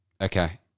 Okay